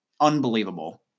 unbelievable